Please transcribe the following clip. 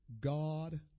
God